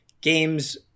games